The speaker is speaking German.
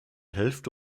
hälfte